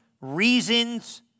reasons